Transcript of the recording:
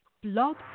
Blog